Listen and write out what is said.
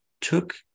took